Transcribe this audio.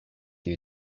you